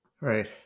Right